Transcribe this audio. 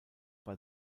bei